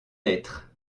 lettres